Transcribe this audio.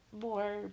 more